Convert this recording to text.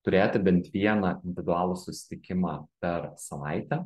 turėti bent vieną individualų susitikimą per savaitę